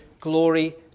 glory